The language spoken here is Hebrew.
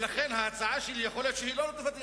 ולכן יכול להיות שההצעה שלי לא לטובתי,